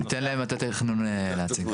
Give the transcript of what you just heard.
ניתן למטה התכנון להציג.